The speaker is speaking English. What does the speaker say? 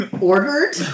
ordered